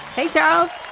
hey carol.